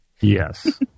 Yes